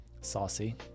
saucy